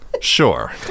Sure